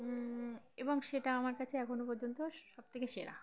এবং সেটা আমার কাছে এখনও পর্যন্ত সবথেকে সেরা